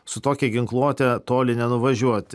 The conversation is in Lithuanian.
su tokia ginkluote toli nenuvažiuot